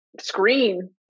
screen